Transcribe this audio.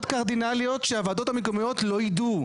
אין הרבה הערות קרדינליות שהוועדות המקומיות לא ידעו,